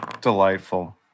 delightful